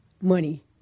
money